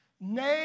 nay